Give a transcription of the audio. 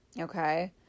Okay